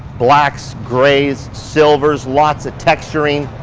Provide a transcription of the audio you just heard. blacks, grays, silvers, lots of texturing.